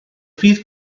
fydd